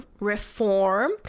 reform